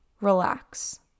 relax